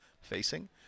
facing